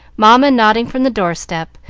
mamma nodding from the door-step,